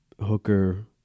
Hooker